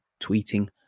tweeting